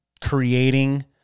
creating